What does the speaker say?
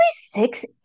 six